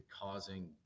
causing